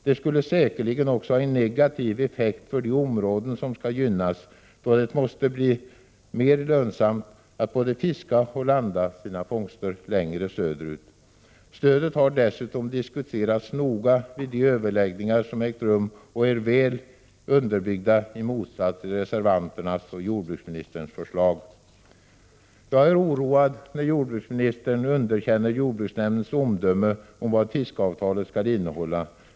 Det skulle säkerligen också ha en negativ effekt för de områden som skall gynnas, eftersom det måste bli mer lönsamt både att fiska och att landa sina fångster längre söderut. Stödet har dessutom diskuterats noga vid de överläggningar som ägt rum och som är väl underbyggda i motsats till reservanternas och jordbruksministerns förslag. Jag är oroad när jordbruksministern underkänner jordbruksnämndens omdöme om vad fiskeavtalet skall innehålla.